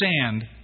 stand